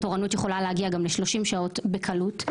תורנות יכולה להגיע גם ל-30 שעות בקלות.